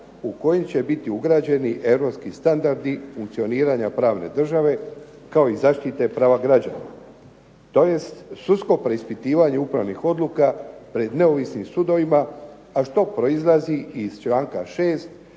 u kojim će biti ugrađeni europski standardi funkcioniranja pravne države kao i zaštite prava građana, tj. sudsko preispitivanje upravnih odluka pred neovisnim sudovima a što proizlazi iz članka 6.